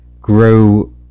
grow